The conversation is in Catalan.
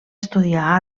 estudiar